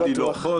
לא בטוח.